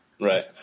Right